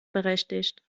berechtigt